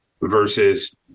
versus